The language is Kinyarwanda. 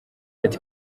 ati